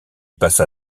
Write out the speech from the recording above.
passa